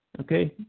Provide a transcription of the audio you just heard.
okay